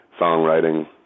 songwriting